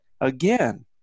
again